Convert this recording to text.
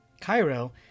Cairo